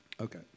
Okay